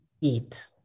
eat